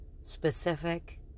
specific